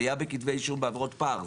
עלייה בכתבי אישום בגניבות פר,